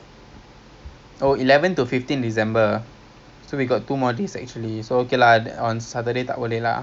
okay lah I mean okay so I think ta~ kita kalau nak we can go mega adventure park we can do one mega bound